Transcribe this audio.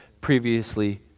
previously